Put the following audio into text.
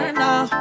now